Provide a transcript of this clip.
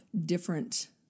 different